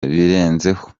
birenzeho